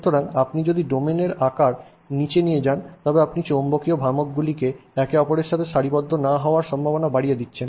সুতরাং আপনি যদি ডোমেনের আকারের নীচে যান তবে আপনি চৌম্বকীয় ভ্রামকগুলি একে অপরের সাথে সারিবদ্ধ না হওয়ার সম্ভাবনা বাড়িয়ে দিচ্ছে